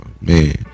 man